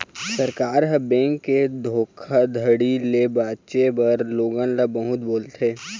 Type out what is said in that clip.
सरकार ह, बेंक के धोखाघड़ी ले बाचे बर लोगन ल बहुत बोलथे